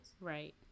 Right